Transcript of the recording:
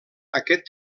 aquest